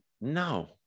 No